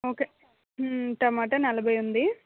ఒక టమాటా నలభై ఉంది